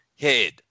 head